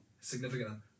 Significant